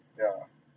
yeah